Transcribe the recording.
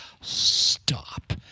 stop